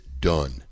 done